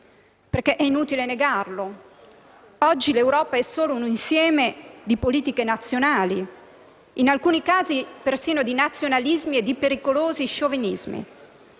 è inutile negare che oggi l'Europa è solo un insieme di politiche nazionali, in alcuni casi persino di nazionalismi e di pericolosi sciovinismi.